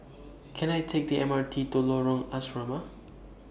Can I Take The M R T to Lorong Asrama